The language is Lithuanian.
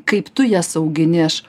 kaip tu jas augini aš